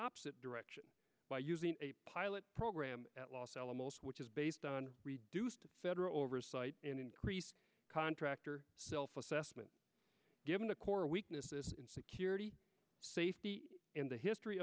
opposite direction by using a pilot program at los alamos which is based on reduced federal oversight and increased contractor self assessment given the core weakness security safety in the history